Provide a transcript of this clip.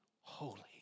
holy